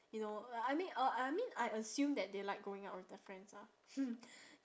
you know uh I mean uh I mean I assume that they like going out with their friends ah